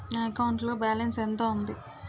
నా అకౌంట్ లో బాలన్స్ ఎంత ఉంది?